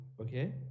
okay